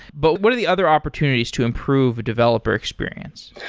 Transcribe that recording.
but what are the other opportunities to improve developer experience?